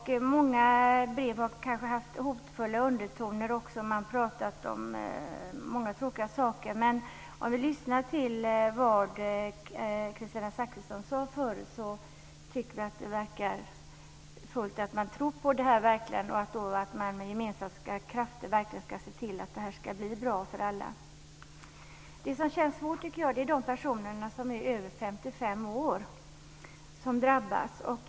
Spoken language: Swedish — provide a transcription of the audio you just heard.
I många brev har det nog funnits hotfulla undertoner och där har nämnts många tråkiga saker. Men utifrån vad Kristina Zakrisson sade verkar människor helt och fullt tro på detta och på att man med gemensamma krafter kommer att se till att det här blir bra för alla. Det som känns svårt tycker jag är situationen för de personer som är över 55 år och som drabbas.